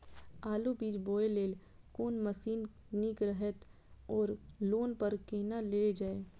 आलु बीज बोय लेल कोन मशीन निक रहैत ओर लोन पर केना लेल जाय?